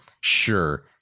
sure